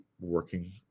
working